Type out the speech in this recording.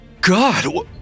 God